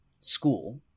school